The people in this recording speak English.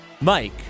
Mike